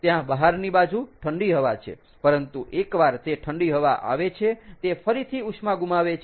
ત્યાં બહારની બાજુ ઠંડી હવા છે પરંતુ એકવાર તે ઠંડી હવા આવે છે તે ફરીથી ઉષ્મા ગુમાવે છે